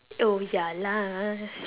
oh ya lah